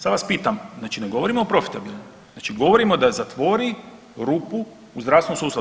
Sad vas pitam, znači ne govorimo o profitabilnom, znači govorimo da zatvori rupu u zdravstvenom sustavu.